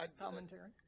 Commentary